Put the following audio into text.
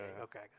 Okay